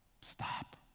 Stop